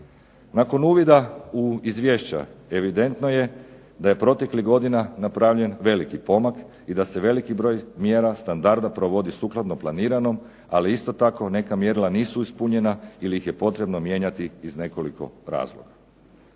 Nakon uvida u izvješća evidentno je da je proteklih godina napravljen veliki pomak i da se veliki broj mjera, standarda provodi sukladno planiranom. Ali isto tako neka mjerila nisu ispunjena ili ih je potrebno mijenjati iz nekoliko razloga.